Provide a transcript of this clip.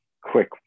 quick